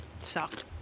Sucked